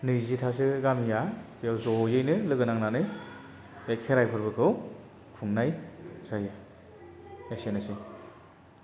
नैजिथासो गामिया बेयाव ज'यैनो लोगो नांनानै बे खेराय फोरबोखौ खुंनाय जायो एसेनोसै